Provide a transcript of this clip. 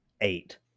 eight